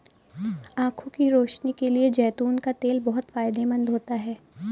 आंखों की रोशनी के लिए जैतून का तेल बहुत फायदेमंद होता है